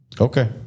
Okay